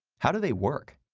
how do they work?